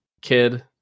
kid